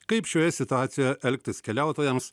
kaip šioje situacijoje elgtis keliautojams